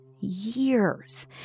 years